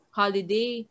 holiday